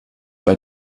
bei